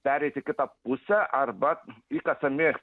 pereit į kitą pusę arba įkasami